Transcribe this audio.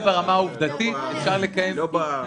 זה ברמה העובדתית ----- לא,